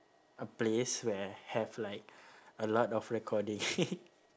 a place where have like a lot of recording